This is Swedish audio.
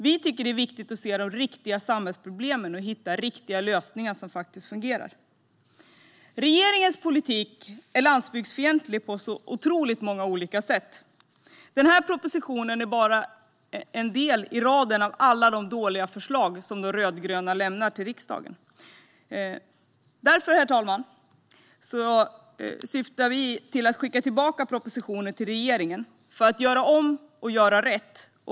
Vi tycker att det är viktigt att se de riktiga samhällsproblemen och hitta riktiga lösningar som faktiskt fungerar. Regeringens politik är landsbygdsfientlig på otroligt många olika sätt. Den här propositionen är bara en i raden av dåliga förslag som de rödgröna lämnar till riksdagen. Därför, herr talman, skickar vi tillbaka propositionen till regeringen för att den ska göra om och göra rätt.